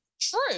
True